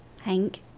Hank